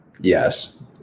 Yes